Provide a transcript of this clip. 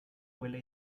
quella